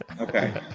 Okay